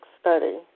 Study